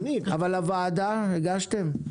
אבל לוועדה, הגשתם?